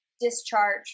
discharge